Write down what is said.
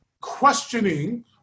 questioning